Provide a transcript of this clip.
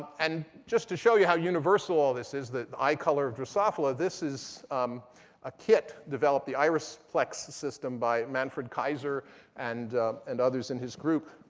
and just to show you how universal all this is, the eye color of drosophila, this is a kit developed, the irisplex system by manfred kaiser and and others in his group,